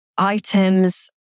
Items